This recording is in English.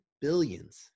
billions